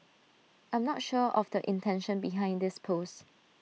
I'm not sure of the intention behind this post